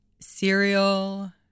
Cereal